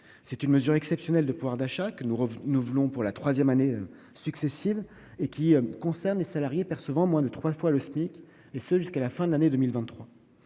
Cette mesure exceptionnelle de pouvoir d'achat, que nous reconduisons pour la troisième année consécutive, concerne les salariés percevant moins de trois fois le SMIC, et ce jusqu'à la fin de l'année 2023.